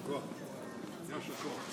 ברוך אתה ה'